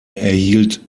erhielt